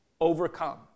Overcome